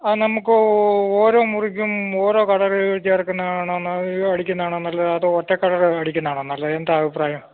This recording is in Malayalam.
ആ നമുക്ക് ഓരോ മുറിക്കും ഓരോ കളറ് ചേർക്കുന്നത് ആണോ അടിക്കുന്നത് ആണോ നല്ലത് അതോ ഒറ്റ കളറങ്ങ് അടിക്കുന്നത് ആണോ നല്ലത് എന്താണ് അഭിപ്രായം